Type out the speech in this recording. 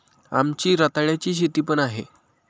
आमची रताळ्याची शेती पण आहे